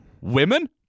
women